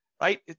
right